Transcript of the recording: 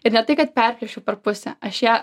ir ne tai kad perplėšiau per pusę aš ją